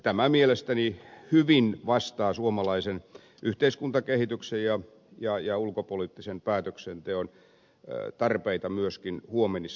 tämä mielestäni hyvin vastaa suomalaisen yhteiskuntakehityksen ja ulkopoliittisen päätöksenteon tarpeita myöskin huomenissa